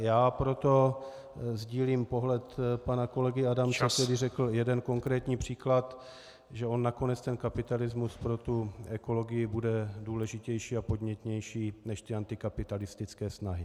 Já proto sdílím pohled pana kolegy Adamce , který řekl jeden konkrétní příklad, že on nakonec kapitalismus pro ekologii bude důležitější a podnětnější než ty antikapitalistické snahy.